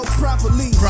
properly